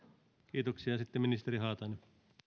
sitten ministeri haatainen